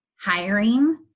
hiring